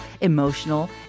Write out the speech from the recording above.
emotional